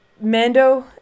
Mando